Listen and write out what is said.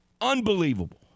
Unbelievable